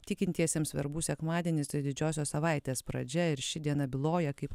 tikintiesiems verbų sekmadienis tai didžiosios savaitės pradžia ir ši diena byloja kaip